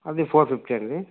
అది four fifty అండి